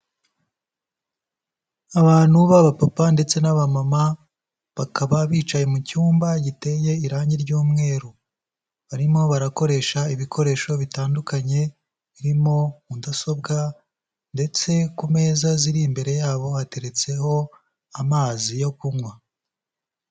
Abantu baba papa ndetse n'abamama bakaba bicaye mu cyumba giteye irange ry'umweru, barimo barakoresha ibikoresho bitandukanye, birimo mudasobwa ndetse ku meza ziri imbere yabo hateretseho amazi yo kunywa.